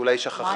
אולי היא שכחה